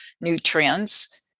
nutrients